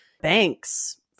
banks